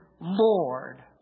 Lord